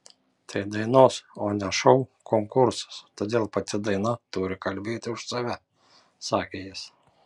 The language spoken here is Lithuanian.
tai dainos o ne šou konkursas todėl pati daina turi kalbėti už save sakė jis